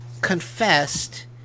confessed